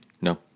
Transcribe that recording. No